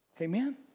Amen